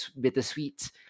bittersweet